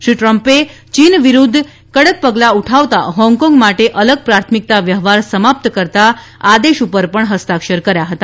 શ્રી ટ્રમ્પે ચીન વિરુદ્ધ કડક પગલા ઉઠાવતા હોંગકોંગ માટે અલગ પ્રાથમિકતા વ્યવહાર સમાપ્ત કરતા આદેશ પર પણ હસ્તાક્ષર કર્યા હતા